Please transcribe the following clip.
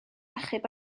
achub